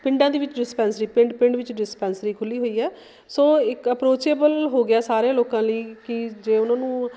ਪਿੰਡਾਂ ਦੇ ਵਿੱਚ ਡਿਸਪੈਂਸਰੀ ਪਿੰਡ ਪਿੰਡ ਵਿੱਚ ਡਿਸਪੈਂਸਰੀ ਖੁੱਲੀ ਹੋਈ ਹੈ ਸੋ ਇੱਕ ਅਪਰੋਚੇਬਲ ਹੋ ਗਿਆ ਸਾਰੇ ਲੋਕਾਂ ਲਈ ਕਿ ਜੇ ਉਹਨਾਂ ਨੂੰ